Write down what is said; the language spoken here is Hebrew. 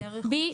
בדיוק.